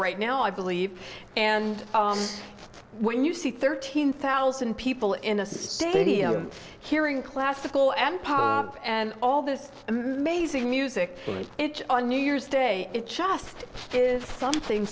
right now i believe and when you see thirteen thousand people in a stadium hearing classical and pop and all this amazing music on new year's day it just is something